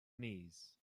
knees